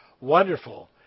wonderful